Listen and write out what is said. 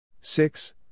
six